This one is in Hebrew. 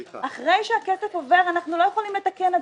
אחרי שהכסף עובר אין לנו מה לעשות איתו.